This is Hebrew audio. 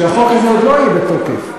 כשהחוק הזה עוד לא יהיה בתוקף,